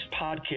podcast